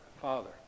Father